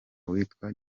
witwa